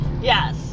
Yes